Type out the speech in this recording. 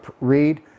read